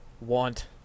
want